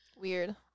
Weird